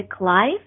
life